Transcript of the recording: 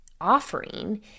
offering